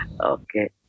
Okay